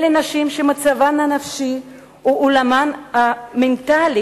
אלה נשים שמצבן הנפשי או עולמן המנטלי